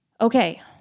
Okay